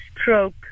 Stroke